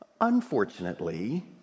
Unfortunately